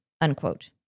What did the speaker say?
unquote